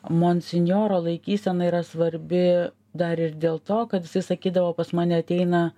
monsinjoro laikysena yra svarbi dar ir dėl to kad jisai sakydavo pas mane ateina